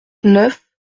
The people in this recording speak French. neuf